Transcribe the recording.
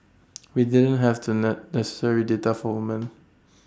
we didn't have the ne necessary data for woman